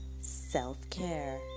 self-care